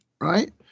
right